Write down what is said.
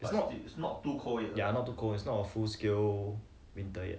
no ya not too cold not a full scale winter yet